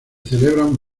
celebran